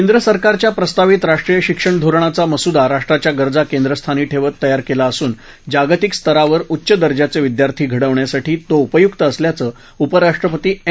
केंद्र सरकारच्या प्रस्तावित राष्ट्रीय शिक्षण धोरणाचा मसुदा राष्ट्राच्या गरजा केंद्रस्थानी ठेवत तयार केला असून जागतिक स्तरावर उच्च दर्जाचे विदयार्थी घडवण्यासाठी तो उपयुक्त असल्याचं उपराष्ट्रपती एम